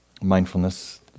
Mindfulness